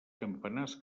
campanars